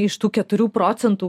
iš tų keturių procentų